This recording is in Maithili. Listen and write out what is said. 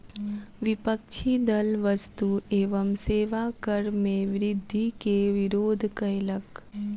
विपक्षी दल वस्तु एवं सेवा कर मे वृद्धि के विरोध कयलक